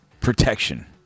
protection